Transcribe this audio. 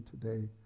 today